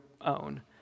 own